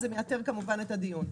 זה מייתר כמובן את הדיון.